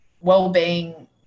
well-being